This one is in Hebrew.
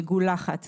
מגולחת - סליחה,